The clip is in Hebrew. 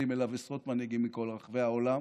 אליו עשרות מנהיגים מכל רחבי העולם,